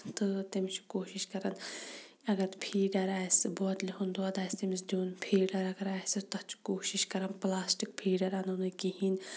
تہٕ تٔمس چھِ کوشِش کَران اَگَر پھیٖڈَر آسہِ بوتلہِ ہُنٛد دۄد آسہِ تٔمِس دِیُن پھیٖڈَر اَگَر آسہِ تَتھ چھُ کوشِش کَران پلاسٹِک پھیٖڈَر اَنو نہٕ کِہیٖنۍ